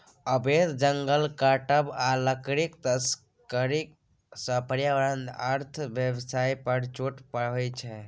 अबैध जंगल काटब आ लकड़ीक तस्करी सँ पर्यावरण अर्थ बेबस्था पर चोट होइ छै